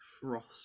frost